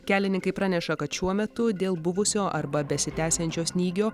kelininkai praneša kad šiuo metu dėl buvusio arba besitęsiančio snygio